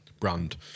brand